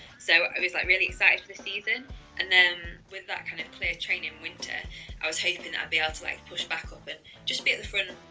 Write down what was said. so, i was like really excited for this season and then with that kind of clear training winter i was hoping i'd be out to like push back open. just be at the front,